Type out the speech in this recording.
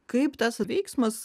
kaip tas veiksmas